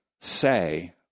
say